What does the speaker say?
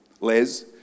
Les